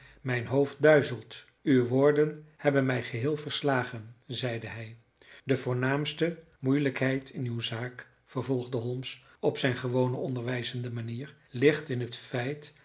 mijn hoofd duizelt uw woorden hebben mij geheel verslagen zeide hij de voornaamste moeilijkheid in uw zaak vervolgde holmes op zijn gewone onderwijzende manier ligt in het feit